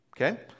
okay